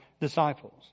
disciples